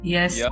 Yes